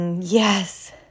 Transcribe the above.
yes